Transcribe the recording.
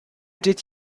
did